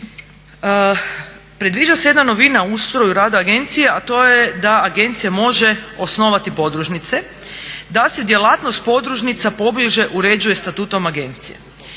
5.predviđa se jedna novina u ustroju rada agencije a to je da agencija može osnovati podružnice da se djelatnost podružnica pobliže uređuje statutom agencije.